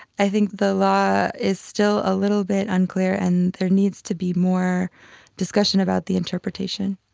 i think the law is still a little bit unclear and there needs to be more discussion about the interpretation.